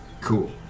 Cool